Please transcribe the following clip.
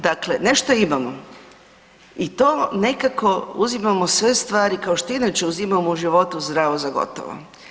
Dakle, nešto imamo i to nekako uzimamo sve stvari kao što inače uzimamo u životu, zdravo za gotovo.